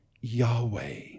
Yahweh